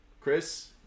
Chris